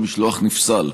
המשלוח נפסל.